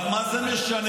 אבל מה זה משנה?